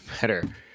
better